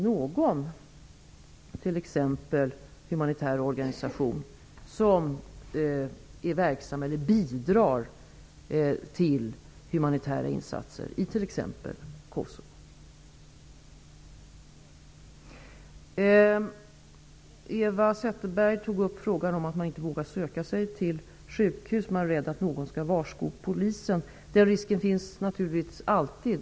Ännu finns det inte någon humanitär organisation som är verksam eller bidrar till humanitära insatser i exempelvis Kosovo. Eva Zetterberg tog upp frågan om att flyktingar inte vågar söka sig till sjukhus därför att de är rädda att någon skall varsko polisen. Den risken finns naturligtvis alltid.